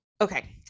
okay